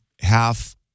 half